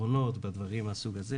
בעקרונות בדברים מהסוג הזה,